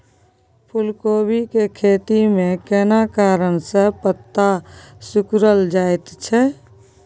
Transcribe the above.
फूलकोबी के खेती में केना कारण से पत्ता सिकुरल जाईत छै?